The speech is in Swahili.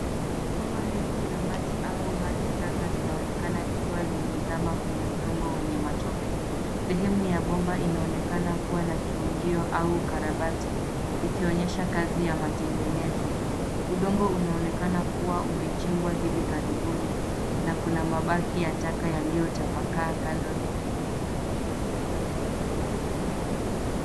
Bomba refu la maji au maji taka linaonekana likiwa limezama kwenye udongo wenye matope. Sehemu ya bomba inaonekana kuwa na kiungio au karabati, ikionyesha kazi ya matengenezo. Udongo unaonekana kuwa umechimbwa hivi karibuni, na kuna mabaki ya taka yaliyotapakaa kando.